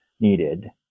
needed